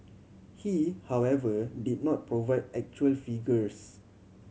he however did not provide actual figures